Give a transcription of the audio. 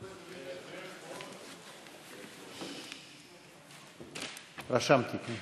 רשמתי.